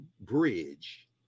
bridge